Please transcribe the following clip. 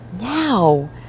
Now